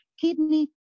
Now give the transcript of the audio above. kidney